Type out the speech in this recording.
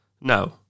No